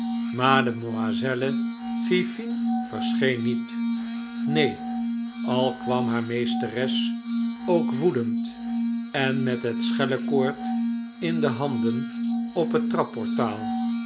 mademoiselle fifine verscheen niet neen al kwam haar meesteres ook woedend en met het schellekoord in de handen op het trapportaal